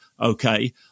okay